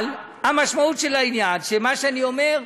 אבל המשמעות של העניין, וזה מה שאני אומר: